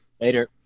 Later